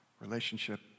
relationship